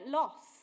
loss